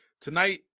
Tonight